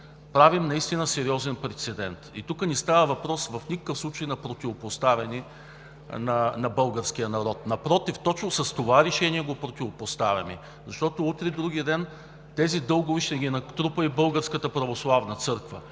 правим наистина сериозен прецедент. И тук не става въпрос в никакъв случай за противопоставяне на българския народ. Напротив, точно с това решение го противопоставяме, защото утре-вдругиден тези дългове ще ги натрупа и Българската православна църква.